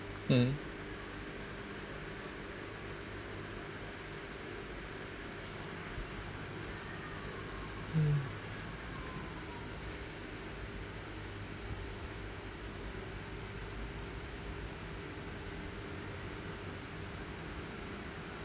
mm hmm